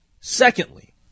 Secondly